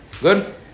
Good